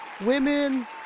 Women